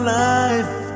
life